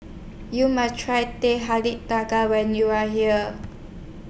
YOU must Try Teh Halia Tarik when YOU Are here